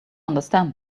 understand